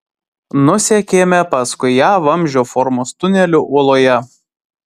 nusekėme paskui ją vamzdžio formos tuneliu uoloje